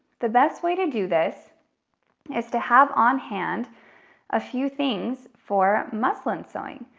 the best way to do this is to have on hand a few things for muslin sewing.